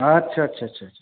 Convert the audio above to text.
आदसा सा सा